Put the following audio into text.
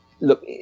look